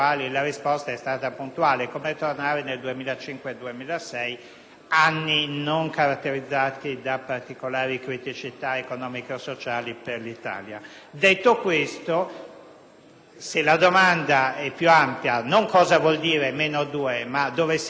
anni non caratterizzati da particolari criticità economiche o sociali per l'Italia. Detto questo, se la domanda è più ampia - non: «Cosa vuol dire meno due punti?», ma: «Dove siamo e cosa succede?» - la premessa era stata: siamo in terra incognita.